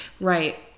Right